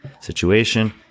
situation